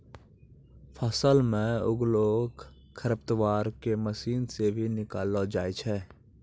फसल मे उगलो खरपतवार के मशीन से भी निकालो जाय छै